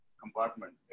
compartment